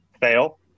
fail